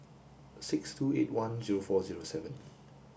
six two eight one zero four zero seven